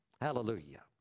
Hallelujah